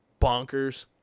bonkers